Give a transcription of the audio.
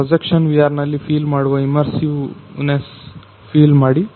projection VRನಲ್ಲಿ feel ಮಾಡುವ immersiveness feel ಮಾಡಿ